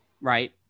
Right